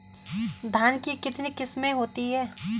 धान की कितनी किस्में होती हैं?